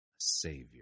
Savior